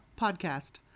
podcast